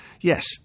yes